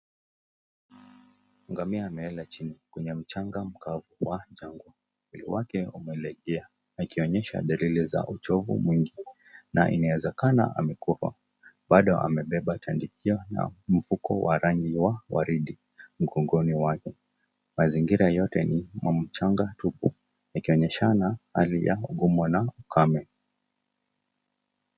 Ngamia amelala chini kwenye mchanga mkavu wa jangwa, mwili wake umelegea ikionyesha dalili za uchovu mwingi na inawezekana amekufa, bado amebeba tandikio na mfuko wa rangi wa redi mgongoni mwake. Mazingira yote ni wa mchanga tupu ikonyeshana hali ya kugombwa na ukame.